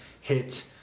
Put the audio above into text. hit